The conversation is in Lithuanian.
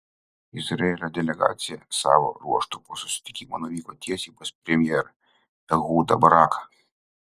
izraelio delegacija savo ruožtu po susitikimo nuvyko tiesiai pas premjerą ehudą baraką